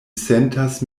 sentas